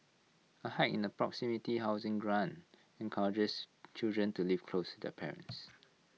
A hike in the proximity housing grant encourages children to live close to their parents